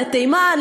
לתימן,